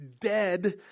dead